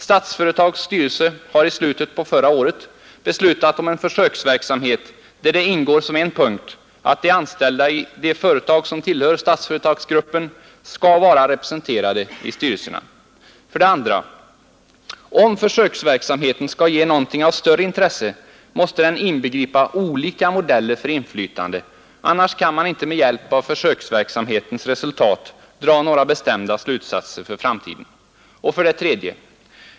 Statsföretag AB:s styrelse har i slutet på förra året beslutat om en försöksverksamhet, som bl.a. innebär att de anställda i de företag som tillhör statsföretagsgruppen skall vara representerade i styrelserna. 2. Om försöksverksamheten skall ge någonting av större intresse måste den inbegripa olika modeller för inflytande, annars kan man inte med hjälp av dess resultat dra några bestämda slutsatser för framtiden. 3.